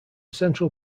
central